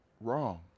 wrong